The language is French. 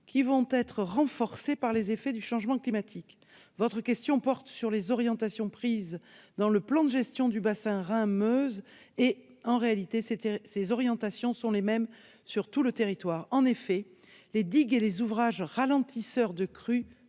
qui vont être renforcés par les effets du changement climatique. Votre question porte sur les orientations prises dans le cadre du PGRI du bassin Rhin-Meuse, mais ces orientations sont, en réalité, les mêmes pour l'ensemble du territoire. En effet, les digues et les ouvrages ralentisseurs de crues